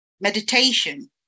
meditation